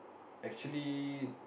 actually